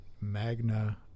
Magna